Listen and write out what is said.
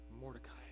Mordecai